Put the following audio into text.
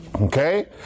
okay